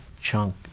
chunk